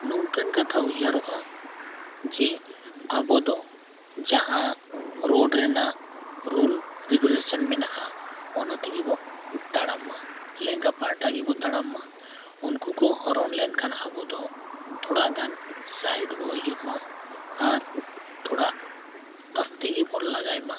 ᱱᱚᱝᱠᱟᱱ ᱠᱟᱛᱷᱟ ᱩᱭᱦᱟᱹᱨᱚᱜᱼᱟ ᱡᱮ ᱟᱵᱚ ᱫᱚ ᱡᱟᱦᱟᱸ ᱨᱮᱱᱟᱜ ᱢᱮᱱᱟᱜᱼᱟ ᱚᱱᱟ ᱛᱮᱜᱮ ᱵᱚ ᱛᱟᱲᱟᱢ ᱢᱟ ᱞᱮᱸᱜᱟ ᱯᱟᱦᱴᱟ ᱜᱮᱵᱚ ᱛᱟᱲᱟᱢ ᱢᱟ ᱩᱱᱠᱩ ᱠᱚ ᱞᱮᱱᱠᱷᱟᱱ ᱟᱵᱚ ᱫᱚ ᱛᱷᱚᱲᱟᱜᱟᱱ ᱵᱚ ᱦᱤᱡᱩᱜ ᱢᱟ ᱟᱨ ᱛᱷᱚᱲᱟ ᱟᱥᱛᱮ ᱜᱮᱵᱚ ᱞᱟᱜᱟᱭ ᱢᱟ